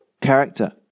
character